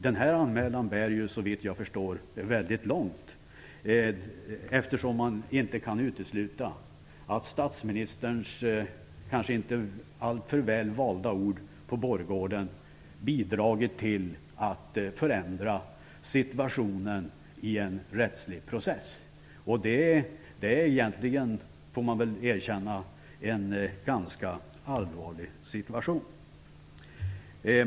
Den här anmälan bär såvitt jag förstår väldigt långt, eftersom man inte kan utesluta att statsministerns kanske inte alltför väl valda ord på borggården bidragit till att förändra situationen i en rättslig process. Det är egentligen, får man väl erkänna, en ganska allvarlig situation.